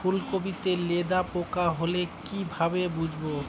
ফুলকপিতে লেদা পোকা হলে কি ভাবে বুঝবো?